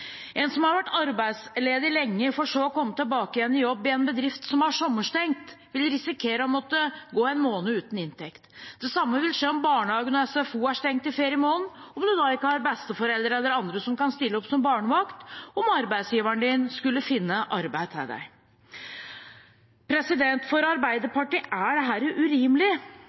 En som har vært arbeidsledig lenge, for så å komme tilbake igjen i jobb i en bedrift som har sommerstengt, vil risikere å måtte gå én måned uten inntekt. Det samme vil skje om barnehagene og SFO er stengt i feriemånedene, om man da ikke har besteforeldre eller andre som kan stille opp som barnevakt om arbeidsgiveren din skulle finne arbeid til deg. For Arbeiderpartiet er dette urimelig.